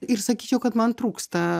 ir sakyčiau kad man trūksta